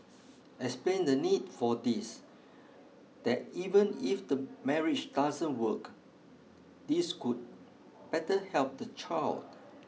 explain the need for this that even if the marriage doesn't work this could better help the child